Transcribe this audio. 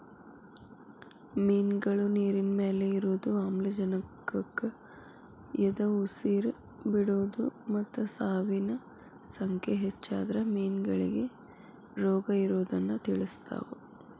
ಮಿನ್ಗಳು ನೇರಿನಮ್ಯಾಲೆ ಇರೋದು, ಆಮ್ಲಜನಕಕ್ಕ ಎದಉಸಿರ್ ಬಿಡೋದು ಮತ್ತ ಸಾವಿನ ಸಂಖ್ಯೆ ಹೆಚ್ಚಾದ್ರ ಮೇನಗಳಿಗೆ ರೋಗಇರೋದನ್ನ ತಿಳಸ್ತಾವ